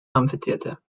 amphitheatre